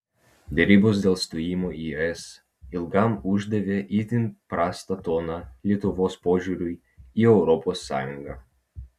derybos dėl stojimo į es ilgam uždavė itin prastą toną lietuvos požiūriui į europos sąjungą